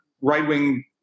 right-wing